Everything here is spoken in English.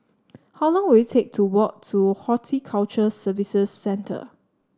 how long will it take to walk to Horticulture Services Centre